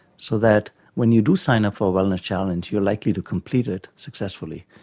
so that when you do signup for a wellness challenge you're likely to complete it successfully.